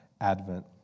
Advent